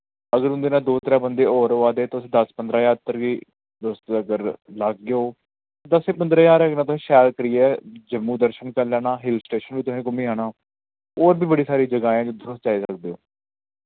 अगर तुंदे नै दो त्रै बंदे और आवा दे तुस दस पंदरा ज्हार पर वी तुस अगर लागे ओ दस्सें पंदरें ज्हारे कन्नै तुस शैल करियै जम्मू दर्शन करी लैना हिल स्टेशन वी तुसैं घुम्मी आना और वी बड़ी सारी जगहाएं जिद्दर तुस जाई सकदे ओ